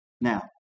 Now